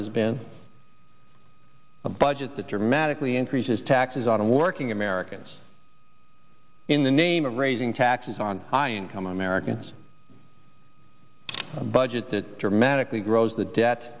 has been a budget that dramatically increases taxes on working americans in the name of raising taxes on high income americans a budget that dramatically grows the debt